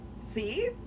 See